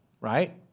right